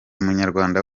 munyarwanda